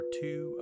two